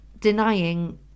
denying